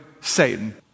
Satan